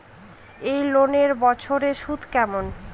এই লোনের বছরে সুদ কেমন?